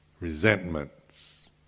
resentments